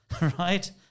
right